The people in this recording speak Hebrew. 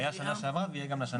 היתה בשנה שעברה ותהיה גם השנה.